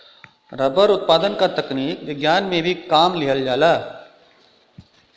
rubber उत्पादन क तकनीक विज्ञान में भी काम लिहल जाला